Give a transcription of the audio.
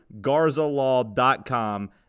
Garzalaw.com